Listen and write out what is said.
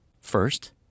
First